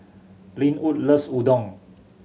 Linwood loves Udon